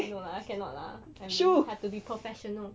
no lah cannot lah I mean have to be professional